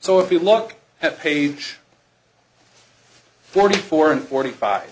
so if you look at page forty four and forty five